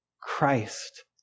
Christ